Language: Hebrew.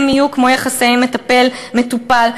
יהיו כמו יחסי מטפל מטופל.